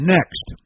Next